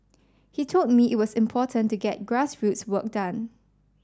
he told me it was important to get grassroots work done